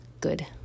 good